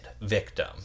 Victim